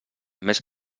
més